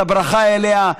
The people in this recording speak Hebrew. את הברכה אליה.